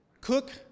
cook